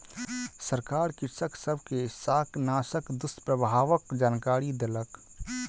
सरकार कृषक सब के शाकनाशक दुष्प्रभावक जानकरी देलक